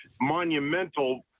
monumental